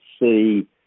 see